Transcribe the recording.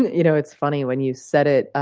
you know, it's funny, when you said it,